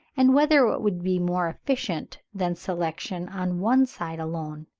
and whether it would be more efficient than selection on one side alone.